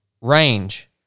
range